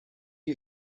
you